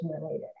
related